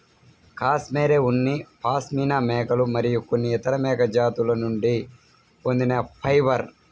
cashmere ఉన్ని పాష్మినా మేకలు మరియు కొన్ని ఇతర మేక జాతుల నుండి పొందిన ఫైబర్